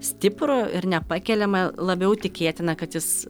stiprų ir nepakeliamą labiau tikėtina kad jis